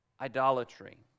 idolatry